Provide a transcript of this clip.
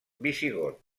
visigot